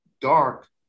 dark